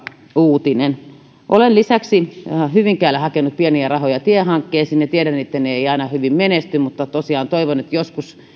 uutinen lisäksi olen hyvinkäälle hakenut pieniä rahoja tiehankkeisiin tiedän että ne eivät aina hyvin menesty mutta tosiaan toivon että joskus